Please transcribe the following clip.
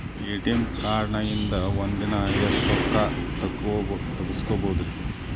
ATM ಕಾರ್ಡ್ನ್ಯಾಗಿನ್ದ್ ಒಂದ್ ದಿನಕ್ಕ್ ಎಷ್ಟ ರೊಕ್ಕಾ ತೆಗಸ್ಬೋದ್ರಿ?